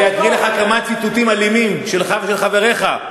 אני אקריא לך כמה ציטוטים אלימים שלך ושל חבריך.